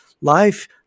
Life